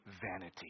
vanity